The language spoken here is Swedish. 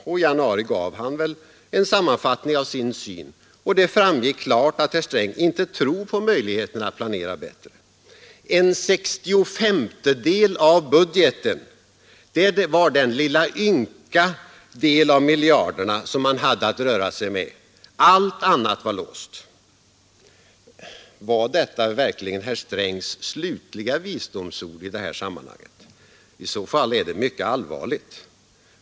I januari gav han väl en sammanfattning av sin syn, och det framgick klart att herr Sträng inte tror på möjligheterna att planera bättre. En sextiofemtedel av budgeten, det var den lilla ynka del av miljarderna som man hade att röra sig med. Allt annat var låst. Var detta verkligen herr Strängs slutliga visdomsord i detta sammanhang? I så fall är det mycket allvarligt.